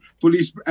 police